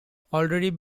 already